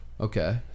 Okay